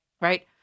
right